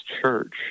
church